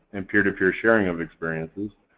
and peer to peer sharing of experiences.